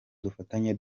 dufatanye